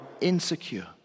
insecure